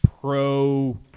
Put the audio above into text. pro